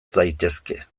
daitezke